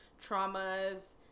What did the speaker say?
traumas